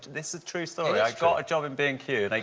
this is a true story. i got a job and b and q. they